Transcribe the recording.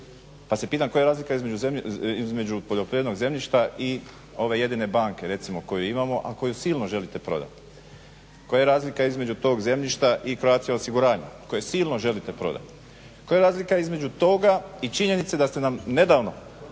Pa se pitam koja je razlika između poljoprivrednog zemljišta i ove jedine banke recimo koju imamo, a koju silno želite prodati. Koja je razlika između tog zemljišta i Croatia osiguranje koje silno želite prodati? Koja je razlika između toga i činjenice da ste nam nedavno